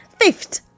Fifth